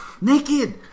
Naked